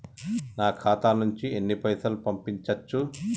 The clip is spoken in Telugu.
నా ఖాతా నుంచి ఎన్ని పైసలు పంపించచ్చు?